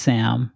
Sam